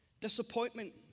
Disappointment